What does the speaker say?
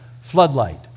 Floodlight